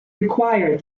require